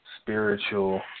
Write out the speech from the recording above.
spiritual